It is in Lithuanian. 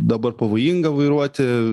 dabar pavojinga vairuoti